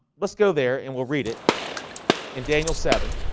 let's go there and we'll read it in daniel seven